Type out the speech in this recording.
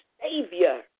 Savior